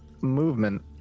movement